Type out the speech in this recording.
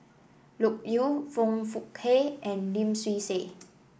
Loke Yew Foong Fook Kay and Lim Swee Say